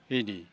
बिदि